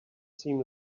seem